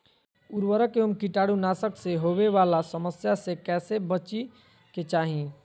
उर्वरक एवं कीटाणु नाशक से होवे वाला समस्या से कैसै बची के चाहि?